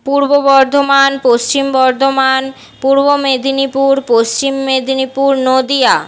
পূর্ব বর্ধমান পশ্চিম বর্ধমান পূর্ব মেদিনীপুর পশ্চিম মেদিনীপুর নদিয়া